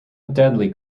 deadly